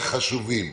וחשובים.